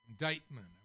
indictment